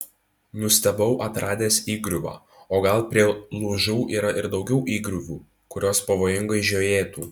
nustebau atradęs įgriuvą o gal prie lūžų yra ir daugiau įgriuvų kurios pavojingai žiojėtų